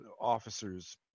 officers